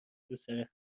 روسر